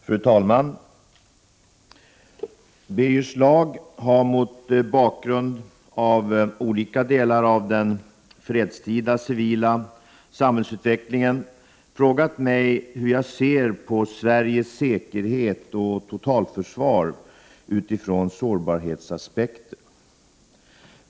Fru talman! Birger Schlaug har mot bakgrund av olika delar av den fredstida civila samhällsutvecklingen frågat mig hur jag ser på Sveriges säkerhet och totalförsvar utifrån sårbarhetsaspekter.